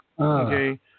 Okay